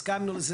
הסכמנו.